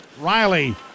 Riley